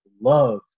love